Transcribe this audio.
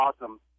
awesome